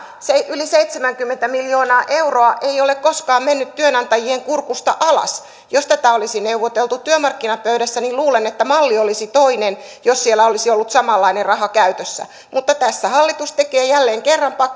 yli seitsemänkymmentä miljoonaa euroa ei ole koskaan mennyt työnantajien kurkusta alas jos tätä olisi neuvoteltu työmarkkinapöydässä niin luulen että malli olisi toinen jos siellä olisi ollut samanlainen raha käytössä mutta tässä hallitus tekee jälleen kerran